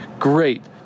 great